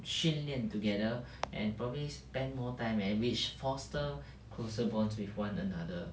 训练 together and probably spent more time and which foster closer bonds with one another